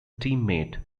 teammate